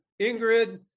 Ingrid